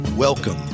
Welcome